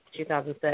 2006